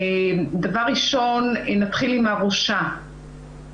דבר ראשון, נתחיל עם ה"ראשה".